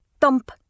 Thump